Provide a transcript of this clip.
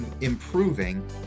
improving